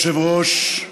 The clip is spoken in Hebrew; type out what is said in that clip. אדוני היושב-ראש,